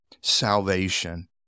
salvation